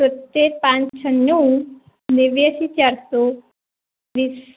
તોંતેર પાંચ છન્નું નેવ્યાશી ચારસો વીસ